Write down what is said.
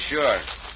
Sure